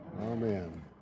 Amen